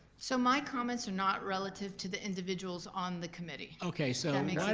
so my comments are not relative to the individuals on the committee. okay, so i mean why